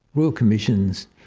royal commissions,